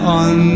on